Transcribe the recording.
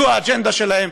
זו האג'נדה שלהם.